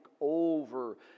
over